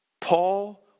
Paul